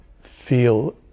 feel